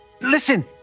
Listen